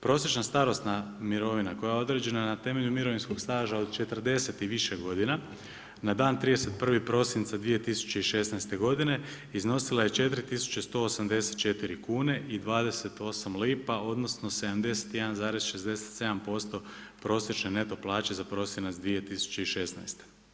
Prosječna starosna mirovina koja je određena na temelju mirovinskog staža od 40 i više godina na dan 31. prosinca 2016. godine iznosila je 4184 kune i 28 lipa, odnosno 71,67% prosječne neto plaće za prosinac 2016.